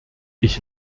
ich